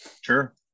sure